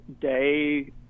day